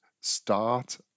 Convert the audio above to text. start